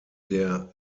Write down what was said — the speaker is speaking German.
der